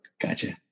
Gotcha